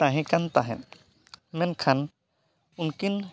ᱛᱟᱦᱮᱸ ᱠᱟᱱ ᱛᱟᱦᱮᱸᱫ ᱢᱮᱱᱠᱷᱟᱱ ᱩᱱᱠᱤᱱ